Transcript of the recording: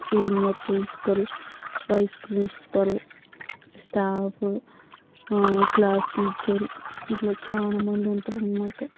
senior principal vice principal staff class teacher ఇట్లా చాలా మంది ఉంటారు అన్నమాట